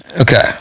Okay